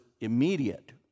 immediate